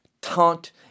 taunt